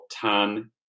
tan